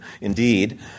indeed